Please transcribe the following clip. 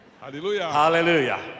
Hallelujah